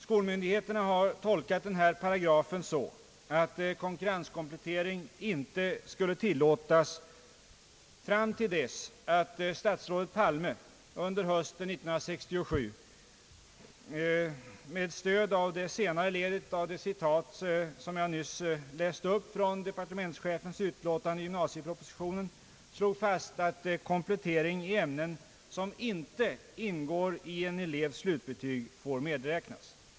Skolmyndigheterna har tolkat denna paragraf så att konkurrenskomplettering inte skulle tillåtas fram till dess att statsrådet Palme under hösten 1967 och jag förmodar med stöd av det senare ledet av det citat, som jag nyss läste upp från departementschefens utlåtande i gymnasiepropositionen, slog fast, att komplettering i ämnen som inte ingår i en elevs slutbetyg, får medräknas.